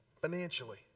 Financially